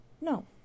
No